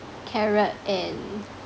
carrot and